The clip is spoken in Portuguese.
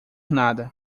nada